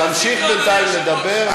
תמשיך בינתיים לדבר.